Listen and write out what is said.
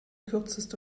kürzeste